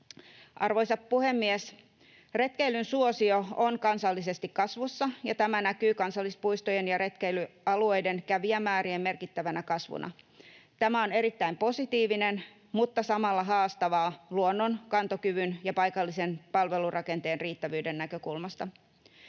Arvoisa puhemies! Retkeilyn suosio on kansallisesti kasvussa, ja tämä näkyy kansallispuistojen ja retkeilyalueiden kävijämäärien merkittävänä kasvuna. Tämä on erittäin positiivista mutta samalla haastavaa luonnon kantokyvyn ja paikallisen palvelurakenteen riittävyyden näkökulmasta.